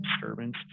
disturbance